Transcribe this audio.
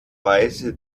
weise